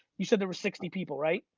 you said there were sixty people, right?